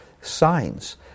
signs